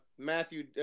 Matthew